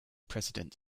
president